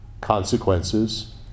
consequences